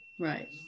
Right